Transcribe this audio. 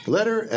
Letter